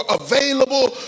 available